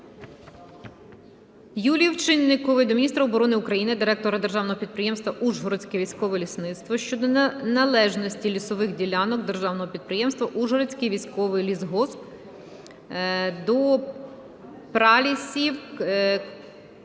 Юлії Овчинникової до міністра оборони України, директора Державного підприємства "Ужгородське військове лісництво" щодо належності лісових ділянок державного підприємства "Ужгородський військовий лісгосп" до пралісів,